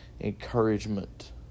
encouragement